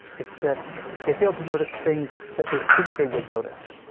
it's that they failed to notice things that they think they would notice.